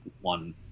one